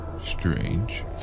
Strange